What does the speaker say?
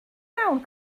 mewn